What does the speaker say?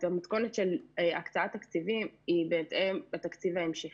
המתכונת של הקצאת תקציבים היא בהתאם לתקציב ההמשכי.